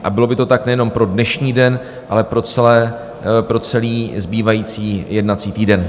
A bylo by to tak nejenom pro dnešní den, ale pro celý zbývající jednací týden.